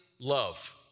love